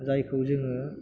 जायखौ जोङो